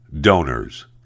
donors